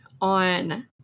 on